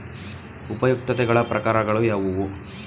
ಉಪಯುಕ್ತತೆಗಳ ಪ್ರಕಾರಗಳು ಯಾವುವು?